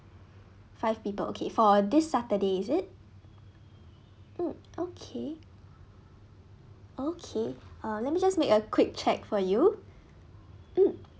five people okay for this saturday is it mm okay okay uh let me just make a quick check for you mm